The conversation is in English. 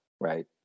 right